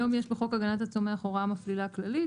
היום יש בחוק הגנת הצומח הוראה מפלילה כללית.